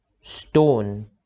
stone